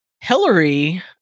Hillary